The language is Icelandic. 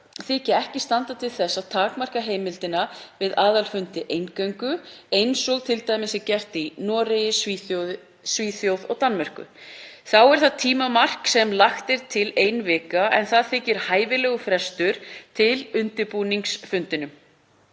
þykja ekki standa til þess að takmarka heimildina við aðalfundi eingöngu eins og t.d. er gert í Noregi, Svíþjóð og Danmörku. Þá er það tímamark sem lagt er til að gildi ein vika, en það þykir hæfilegur frestur til undirbúnings fundinum.